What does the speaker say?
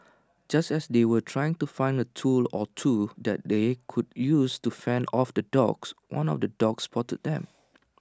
just as they were trying to find A tool or two that they could use to fend off the dogs one of the dogs spotted them